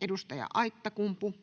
edustaja Kemppi.